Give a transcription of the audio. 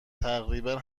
تقریبا